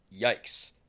yikes